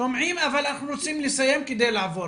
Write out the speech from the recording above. שומעים, אבל אנחנו רוצים לסיים כדי לעבור,